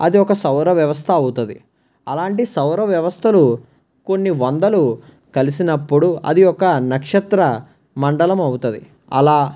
అది ఒక సౌర వ్యవస్థ అవుతుంది అలాంటి సౌర వ్యవస్థలు కొన్ని వందలు కలిసినప్పుడు అది ఒక నక్షత్ర మండలం అవుతుంది అలా